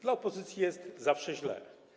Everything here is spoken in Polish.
Dla opozycji jest zawsze źle.